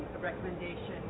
recommendation